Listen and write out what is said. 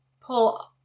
pull